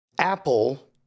Apple